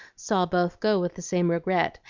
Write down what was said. saw both go with the same regret,